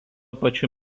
pačiu